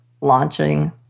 launching